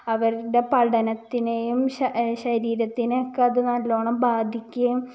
അവരുടെ പഠനത്തിനെയും ശ ശരീരത്തിനെ ഒക്കെ അത് നല്ലവണ്ണം ബാധിക്കും